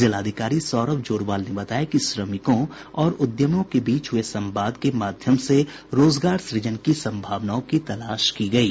जिलाधिकारी सौरभ जोरवाल ने बताया कि श्रमिकों और उद्यमियों के बीच हुए संवाद के माध्यम से रोजगार सूजन की संभावनाओं की तलाश की गयी